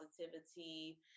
positivity